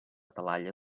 talaia